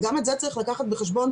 גם את זה צריך לקחת בחשבון,